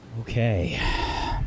Okay